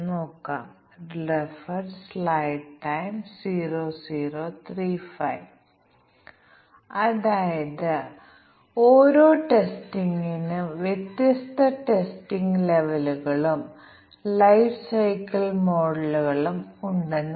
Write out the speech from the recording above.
ഇപ്പോൾ നമുക്ക് ഒരു ബ്ലാക്ക് ബോക്സ് ടെസ്റ്റിംഗ് കൂടി നോക്കാൻ ശ്രമിക്കാം ഇൻപുട്ടിന്റെ എണ്ണം വലുതാകുമ്പോൾ ബാധകമായ ഒരു കോമ്പിനേറ്ററൽ ടെസ്റ്റിംഗ് ആണ് എല്ലാ ജോഡി ടെസ്റ്റിംഗ് അല്ലെങ്കിൽ ജോഡി തിരിച്ചുള്ള ടെസ്റ്റിംഗ് എന്നറിയപ്പെടുന്നത്